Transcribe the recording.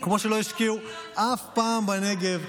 כמו שלא השקיעו אף פעם בנגב.